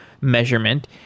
measurement